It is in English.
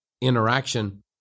interaction